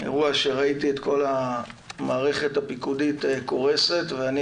אירוע שראיתי את כל המערכת הפיקודית קורסת ואני